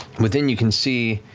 within, you can see